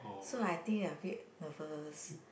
so I think I a bit nervous